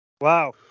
Wow